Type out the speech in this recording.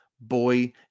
boy